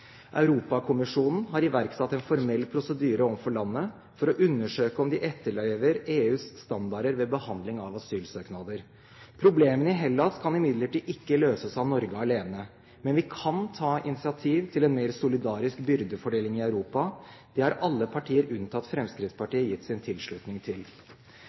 Europakommisjonen har iverksatt en formell prosedyre overfor landet for å undersøke om de etterlever EUs standarder ved behandling av asylsøknader. Problemene i Hellas kan imidlertid ikke løses av Norge alene, men vi kan ta initiativ til en mer solidarisk byrdefordeling i Europa. Det har alle partier, unntatt Fremskrittspartiet, gitt sin tilslutning til.